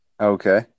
Okay